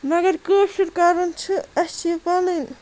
مگر کٲشُر کَرُن چھُ اَسہِ چھِ یہِ پَنٕنۍ